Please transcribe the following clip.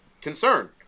concern